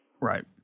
Right